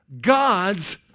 God's